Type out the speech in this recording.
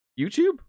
YouTube